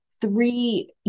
three